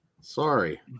sorry